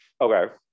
okay